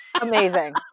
amazing